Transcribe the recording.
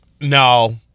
No